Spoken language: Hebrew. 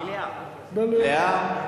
מליאה.